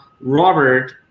Robert